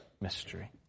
mystery